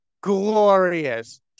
glorious